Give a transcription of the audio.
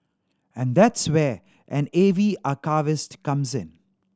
and that's where an A V archivist comes in